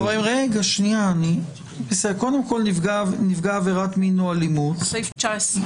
קודם כול, נפגע עבירת מין או אלימות, סעיף 19,